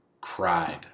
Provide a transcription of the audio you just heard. cried